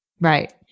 right